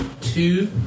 Two